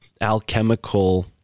alchemical